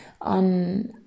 on